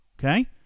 Okay